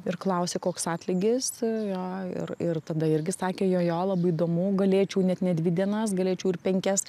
ir klausė koks atlygis jo ir ir tada irgi sakė jo jo labai įdomu galėčiau net ne dvi dienas galėčiau ir penkias